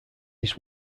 his